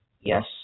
Yes